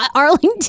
arlington